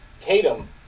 Tatum